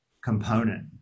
component